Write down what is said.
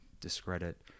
discredit